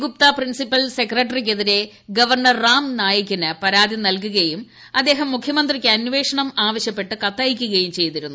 Gupta principal സെക്രട്ടറിക്കെതിരെ governor Ram നായികിന് പരാതി നൽകുകയും അദ്ദേഹം മുഖ്യമന്ത്രിയ്ക്ക് അന്വേഷണം ആവശ്യപ്പെട്ട് കത്തയയ്ക്കുകയും ചെയ്തിരുന്നു